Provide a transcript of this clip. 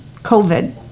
covid